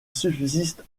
subsiste